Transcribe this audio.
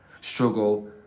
struggle